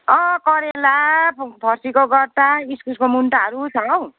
अँ करेला फर्सीको गट्टा इस्कुसको मुन्टाहारू छ हौ